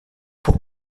pour